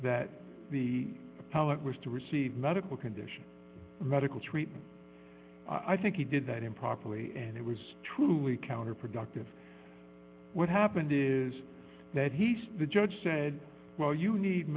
that the pilot was to receive medical conditions medical treatment i think he did that improperly and it was truly counterproductive what happened is that he saw the judge said well you need